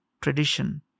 tradition